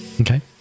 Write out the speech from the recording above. Okay